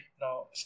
no